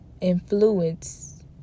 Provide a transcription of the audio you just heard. influence